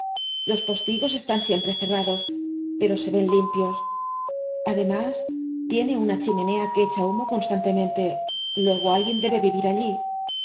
los postigos están siempre cerrados pero se ven limpios además tiene una chimenea que echa humo constantemente luego alguien debe vivir allí